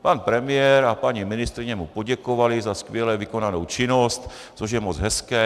Pan premiér a paní ministryně mu poděkovali za skvěle vykonanou činnost, což je moc hezké.